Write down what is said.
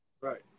Right